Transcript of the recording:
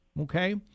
Okay